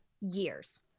years